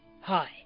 Hi